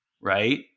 Right